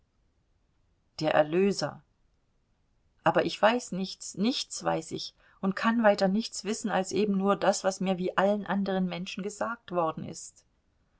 der erlöser aber ich weiß nichts nichts weiß ich und kann weiter nichts wissen als eben nur das was mir wie allen anderen menschen gesagt worden ist